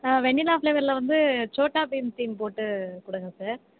ஆ vanilla ஃபிளேவரில் வந்து Chhota Bheem theme போட்டு கொடுங்க சார்